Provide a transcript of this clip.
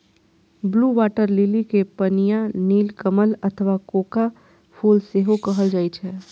blue water lily कें पनिया नीलकमल अथवा कोका फूल सेहो कहल जाइ छैक